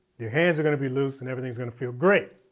your hands are gonna be loose and everything's gonna feel great.